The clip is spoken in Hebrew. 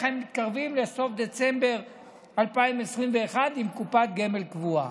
הם מתקרבים לסוף דצמבר 2021 עם קופת גמל קבועה.